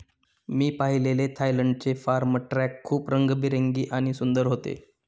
मी पाहिलेले थायलंडचे farm truck खूप रंगीबेरंगी आणि सुंदर होते